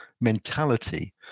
mentality